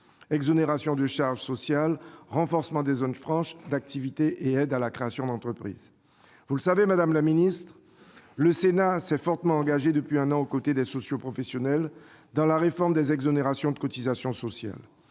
exonérations de charges sociales, renforcement des zones franches d'activité, aides à la création d'entreprise. Vous le savez, madame la ministre, le Sénat s'est fortement engagé depuis un an aux côtés des socioprofessionnels dans la réforme des exonérations de cotisations sociales.